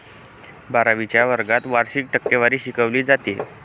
बारावीच्या वर्गात वार्षिक टक्केवारी शिकवली जाते